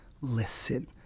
Listen